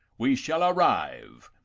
we shall arrive,